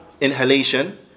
inhalation